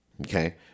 Okay